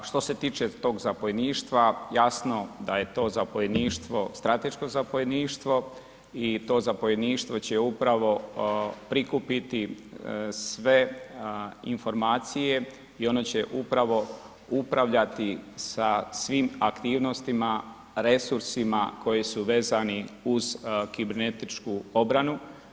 A što se tiče tog zapovjedništva, jasno da je to zapovjedništvo strateško zapovjedništvo i to zapovjedništvo će upravo prikupiti sve informacije i ono će upravo upravljati sa svim aktivnostima, resursima koji su vezani uz kibernetičku obranu.